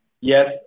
Yes